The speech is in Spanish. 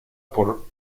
por